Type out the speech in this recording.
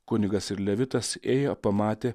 kunigas ir levitas ėjo pamatė